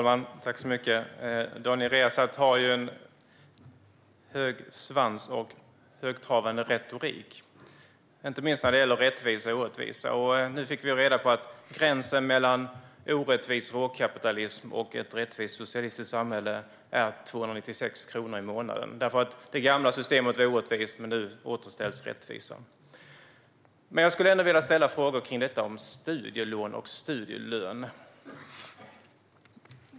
Herr talman! Daniel Riazat har en hög svansföring och en högtravande retorik inte minst när det gäller rättvisa och orättvisa. Nu fick vi reda på att gränsen mellan orättvis råkapitalism och ett rättvist socialistiskt samhälle är 296 kronor i månaden. Det gamla systemet var orättvist, men nu återställs rättvisan. Jag skulle ändå vilja ställa frågor om studielån och studielön.